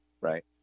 right